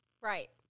Right